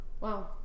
wow